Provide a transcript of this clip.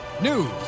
news